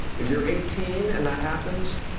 if you are eighteen and that happens,